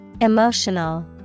Emotional